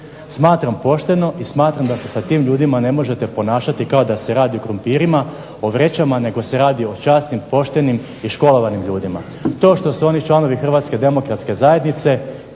Smatram pošteno i smatram da se sa tim ljudima ne možete ponašati kao da se radi o krumpirima, o vrećama, nego se radi o časnim, poštenim i školovanim ljudima. To što su oni članovi Hrvatske demokratske zajednice,